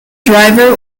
driver